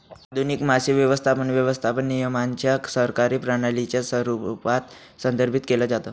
आधुनिक मासे व्यवस्थापन, व्यवस्थापन नियमांच्या सरकारी प्रणालीच्या स्वरूपात संदर्भित केलं जातं